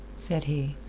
said he,